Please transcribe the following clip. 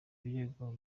birego